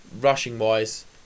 rushing-wise